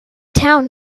town